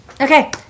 okay